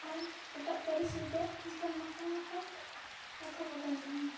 ᱟᱨ ᱮᱴᱟᱜ ᱯᱟᱹᱨᱤᱥ ᱨᱮᱫᱚ ᱚᱱᱠᱟᱱ ᱱᱟᱯᱟᱭᱼᱱᱟᱯᱟᱭ ᱠᱟᱛᱷᱟᱠᱚ ᱵᱟᱹᱱᱩᱜᱼᱟ